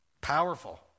Powerful